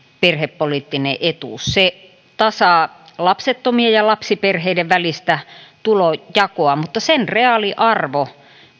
perhepoliittinen etuus se tasaa lapsettomien ja lapsiperheiden välistä tulonjakoa mutta sen reaaliarvo